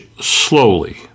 slowly